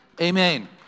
Amen